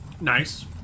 Nice